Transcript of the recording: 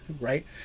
right